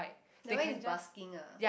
that one is busking ah